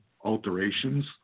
alterations